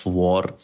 war